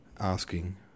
Asking